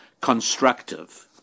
constructive